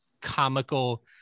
comical